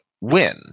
win